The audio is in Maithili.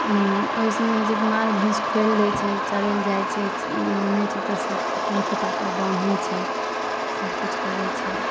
ओइसँ नहि होइ छै तऽ माल भैंस खोलि दै छै चरै ले जाइ छै आनै छै ओतऽसँ अपन खूँटापर बन्है छै सब किछु करै छै